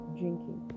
drinking